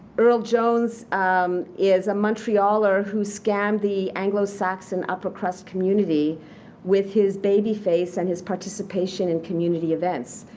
earl jones um is a montrealer who scammed the anglo-saxon upper crust community with his baby face and his participation in community events.